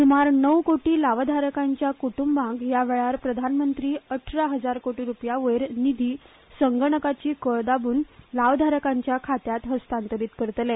सुमार णव कोटी लावधारकांच्या कुटुबांक यावेळार प्रधानमंत्री अठरा हजार कोटी रूपयांवयर निधी संगणकाची कळ दाबून लावधारकांच्या खात्यान हस्तांतरित करतले